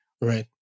Right